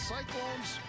Cyclones